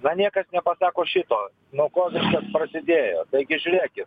na niekas nepasako šito nuo ko prasidėjo taigi žiūrėkit